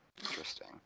Interesting